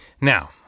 Now